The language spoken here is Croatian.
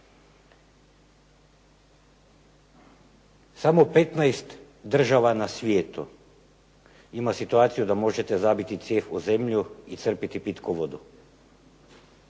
Samo 15 država na svijetu ima situaciju da možete zabiti cijev u zemlju i crpiti pitku vodu.